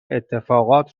اتفاقات